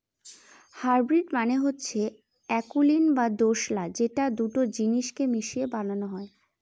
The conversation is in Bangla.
হাইব্রিড মানে হচ্ছে অকুলীন বা দোঁশলা যেটা দুটো জিনিস কে মিশিয়ে বানানো হয়